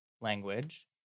language